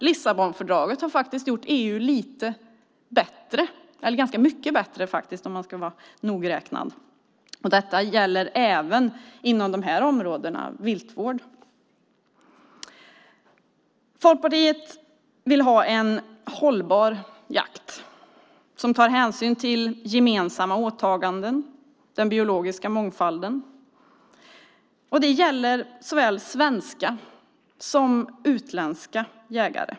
Lissabonfördraget har faktiskt gjort EU lite bättre eller ganska mycket bättre, om man ska vara nogräknad. Detta gäller även inom området viltvård. Folkpartiet vill ha en hållbar jakt som tar hänsyn till gemensamma åtaganden, den biologiska mångfalden. Det gäller såväl svenska som utländska jägare.